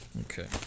okay